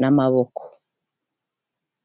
n'amaboko.